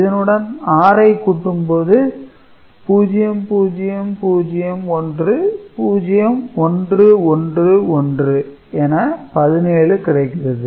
இதனுடன் 6 ஐ கூட்டும் போது 0001 0111 என 17 கிடைக்கிறது